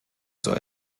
zur